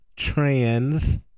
trans